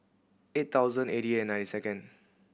eight thousand eighty eight nine second